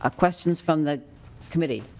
ah questions from the committee?